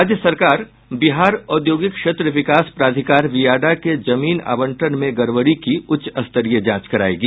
राज्य सरकार बिहार औद्योगिक क्षेत्र विकास प्राधिकारबियाडा के जमीन आवंटन में गड़बड़ी की उच्चस्तरीय जांच करायेगी